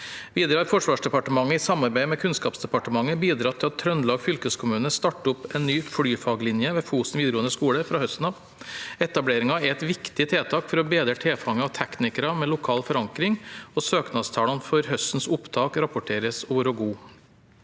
Videre har Forsvarsdepartementet, i samarbeid med Kunnskapsdepartement, bidratt til at Trøndelag fylkeskommune starter opp en ny flyfaglinje ved Fosen videregående skole fra høsten av. Etableringen er et viktig tiltak for å bedre tilfanget av teknikere med lokal forankring, og søknadstallene for høstens opptak rapporteres å være gode.